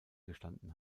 gestanden